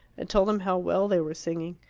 and told them how well they were singing.